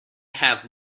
have